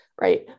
right